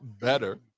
better